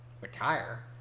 retire